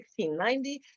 1690